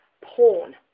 porn